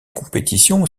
compétition